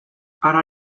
hara